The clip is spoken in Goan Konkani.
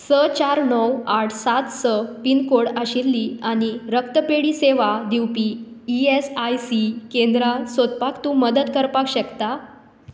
स चार णव आठ सात स पिनकोड आशिल्लीं आनी रक्त्तपेढी सेवा दिवपी ई एस आय सी केंद्रां सोदपाक तूं मदत करपाक शकता